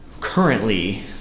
Currently